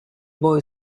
boy